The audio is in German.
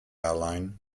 airline